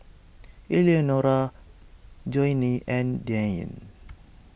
Eleanora Joanie and Diane